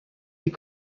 les